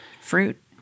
fruit